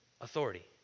authority